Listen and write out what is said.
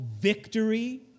victory